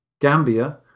Gambia